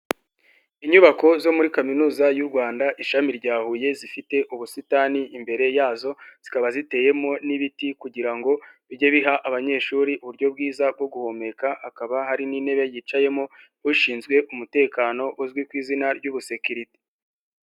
Inyubako zo muri Kaminuza y'u Rwanda, ishami rya Huye zifite ubusitani imbere yazo, zikaba ziteyemo n'ibiti kugira ngo bijye biha abanyeshuri uburyo bwiza bwo guhumeka, hakaba hari n'intebe yicayemo ushinzwe umutekano uzwi ku izina ry'ubusekirite.